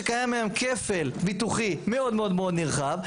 שקיים היום כפל ביטוחי מאוד מאוד נרחב.